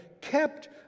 kept